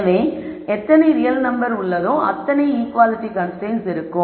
எனவே எத்தனை real number உள்ளதோ அத்தனை ஈக்குவாலிட்டி கன்ஸ்ரைன்ட்ஸ் இருக்கும்